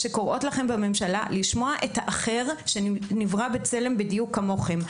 שקוראות לכם בממשלה לשמוע את האחר שנברא בצלם בדיוק כמוכם,